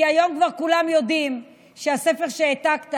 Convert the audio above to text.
כי היום כבר כולם יודעים שהספר שהעתקת